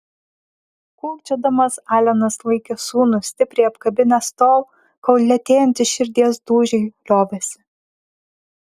kūkčiodamas alenas laikė sūnų stipriai apkabinęs tol kol lėtėjantys širdies dūžiai liovėsi